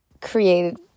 created